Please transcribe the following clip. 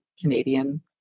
Canadian